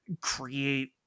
create